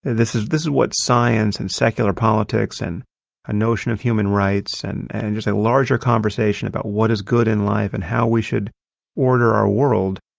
and this is this is what science and secular politics and a notion of human rights, and and just just a larger conversation about what is good in life and how we should order our world.